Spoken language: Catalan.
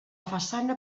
façana